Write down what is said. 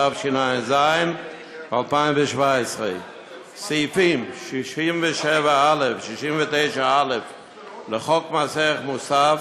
התשע"ז 2017. סעיפים 67א ו-69א לחוק מס ערך מוסף,